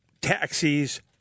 taxis